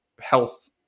health